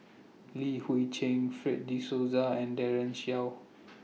Li Hui Cheng Fred De Souza and Daren Shiau